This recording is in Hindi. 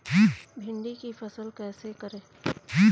भिंडी की फसल कैसे करें?